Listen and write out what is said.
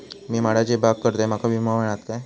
मी माडाची बाग करतंय माका विमो मिळात काय?